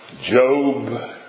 Job